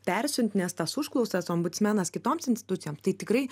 persiuntinės tas užklausas ombudsmenas kitoms institucijoms tai tikrai